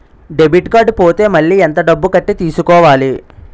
Debit card పోతే మళ్ళీ ఎంత డబ్బు కట్టి తీసుకోవాలి?